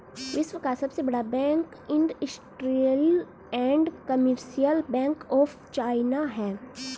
विश्व का सबसे बड़ा bank industrial and commercial bank of China है